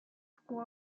school